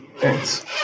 Thanks